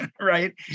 right